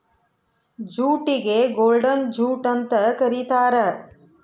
ಜೂಟಿಗೆ golden jute ಅಂತ ಕರೀತಾರ